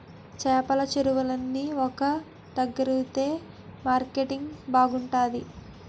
చేపల చెరువులన్నీ ఒక దగ్గరుంతె మార్కెటింగ్ బాగుంతాది